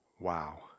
Wow